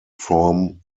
form